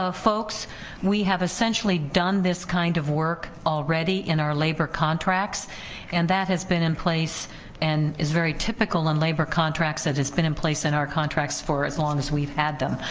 folks we have essentially done this kind of work already in our labor contracts and that has been in place and is very typical in labor contracts that has been in place in our contracts for as long as we've had them,